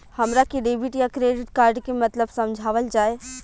हमरा के डेबिट या क्रेडिट कार्ड के मतलब समझावल जाय?